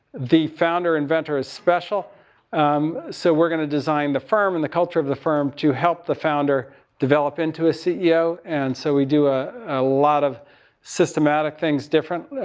the founder inventor is special um so, we're going to design the firm and the culture of the firm to help the founder develop into a ceo, and so we do ah a lot of systematic things different.